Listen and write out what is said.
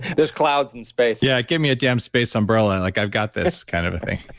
there's clouds in space yeah. it gave me a damn space umbrella. like i've got this kind of a thing.